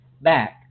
back